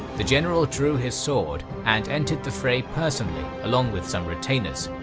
the general drew his sword and entered the fray personally along with some retainers.